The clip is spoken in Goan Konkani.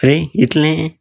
हे इतले